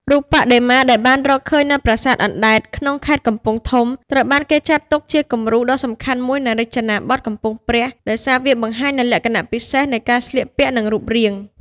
រូបបដិមាដែលបានរកឃើញនៅ ប្រាសាទអណ្តែត ក្នុងខេត្តកំពង់ធំ ត្រូវបានគេចាត់ទុកជាគំរូដ៏សំខាន់មួយនៃរចនាបថកំពង់ព្រះ ដោយសារវាបង្ហាញនូវលក្ខណៈពិសេសនៃការស្លៀកពាក់ និងរូបរាង។